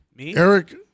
Eric